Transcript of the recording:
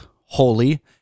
holy